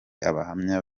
abahamya